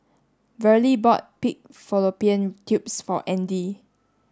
Verlie bought pig Fallopian tubes for Audy